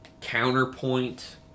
counterpoint